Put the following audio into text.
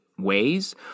ways